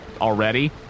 already